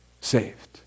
Saved